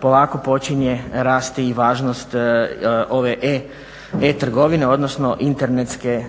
polako počinje rasti i važnost ove e-trgovine, odnosno